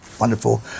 wonderful